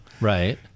Right